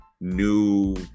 new